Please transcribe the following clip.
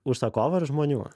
užsakovų ar žmonių